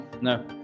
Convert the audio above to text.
No